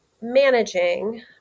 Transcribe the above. managing